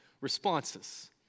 responses